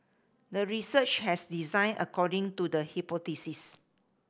the research has designed according to the hypothesis